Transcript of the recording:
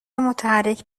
متحرک